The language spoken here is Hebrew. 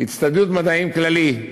הצטיידות מדעים כללי: